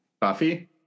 buffy